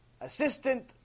assistant